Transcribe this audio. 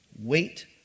Wait